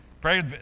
pray